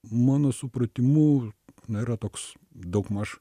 mano supratimu na yra toks daugmaž